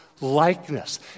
likeness